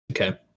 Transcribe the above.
Okay